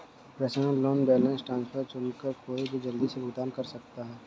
personal loan balance transfer चुनकर कोई भी जल्दी से भुगतान कर सकता है